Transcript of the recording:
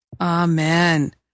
Amen